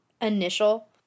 initial